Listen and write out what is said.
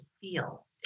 feel